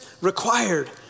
required